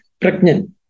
pregnant